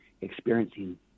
experiencing